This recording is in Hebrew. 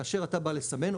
כאשר אתה בא לסמן,